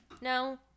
No